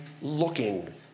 looking